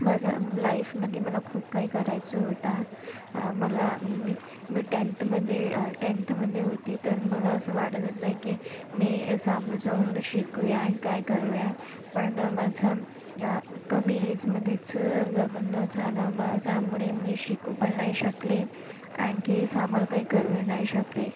माझ्या लाइफमध्ये मला खूप काही करायचं होता मला मी मी टेंथमध्ये टेंथमध्ये होती तर मला असं वाटत होतं की मी समोर जावून शिकु या काय करू या पण माझा कमी एजमध्येच लग्न झालं मग त्यामुळे मी शिकू पण नाही शकले आणखी समोर काही करूही नाही शकले